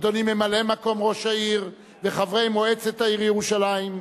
אדוני ממלא-מקום ראש העיר וחברי מועצת העיר ירושלים,